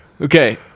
Okay